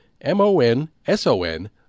M-O-N-S-O-N